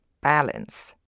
balance